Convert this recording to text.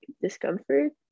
discomfort